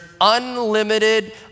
unlimited